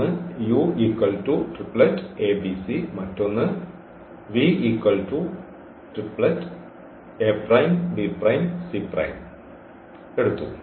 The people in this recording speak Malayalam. ഒന്ന് മറ്റൊന്ന് നമ്മൾ ഈ എടുത്തു